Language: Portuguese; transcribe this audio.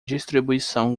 distribuição